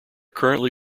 currently